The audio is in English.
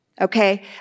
okay